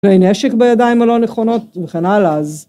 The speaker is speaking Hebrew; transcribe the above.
ואין נשק בידיים הלא נכונות וכן הלאה אז